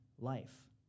life